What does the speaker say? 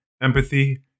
empathy